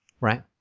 right